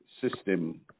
system